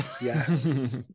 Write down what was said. Yes